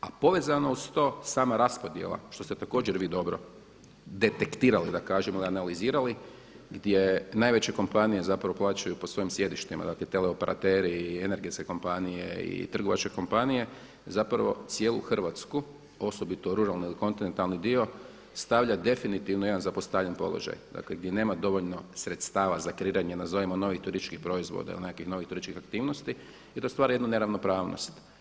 A povezano uz to sama raspodjela, što ste također vi dobro detektirali, da kažem izanalizirali, gdje najveće kompanije zapravo plaćaju po svojim sjedištima, dakle teleoperateri i energetske kompanije i trgovačke kompanije zapravo cijelu Hrvatsku, osobito ruralni ili kontinentalni dio, stavlja definitivno u jedan zapostavljeni položaj, dakle gdje nema dovoljno sredstva za kreiranje nazovimo novih turističkih proizvoda ili nekih novih turističkih aktivnosti i to stvara jednu neravnopravnost.